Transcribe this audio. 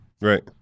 Right